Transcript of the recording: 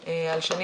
למשל,